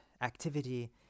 activity